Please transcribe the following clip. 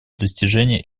достижения